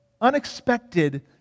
Unexpected